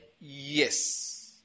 Yes